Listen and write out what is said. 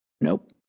Nope